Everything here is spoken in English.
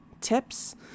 tips